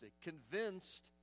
convinced